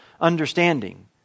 understanding